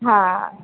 હા